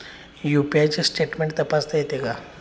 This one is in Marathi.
यु.पी.आय चे स्टेटमेंट तपासता येते का?